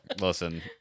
Listen